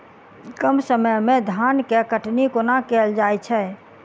कम समय मे धान केँ कटनी कोना कैल जाय छै?